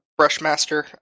Brushmaster